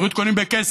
בריאות קונים בכסף.